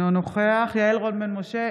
אינו נוכח יעל רון בן משה,